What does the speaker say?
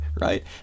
right